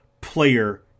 player